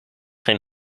geen